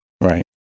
right